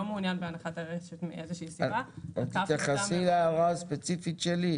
מעוניין בהנחת הרשת מאיזושהי סיבה --- תתייחסי להערה הספציפית שלי.